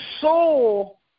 soul